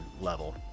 level